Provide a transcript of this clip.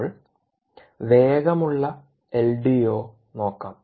ഇപ്പോൾ വേഗമുളള എൽഡിഒ നോക്കാം